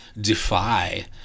defy